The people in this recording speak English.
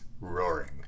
roaring